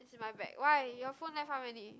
is in my bag why your phone left how many